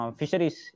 fisheries